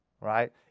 right